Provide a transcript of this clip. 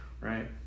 right